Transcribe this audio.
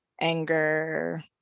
anger